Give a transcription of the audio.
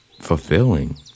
fulfilling